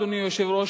אדוני היושב-ראש,